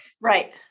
right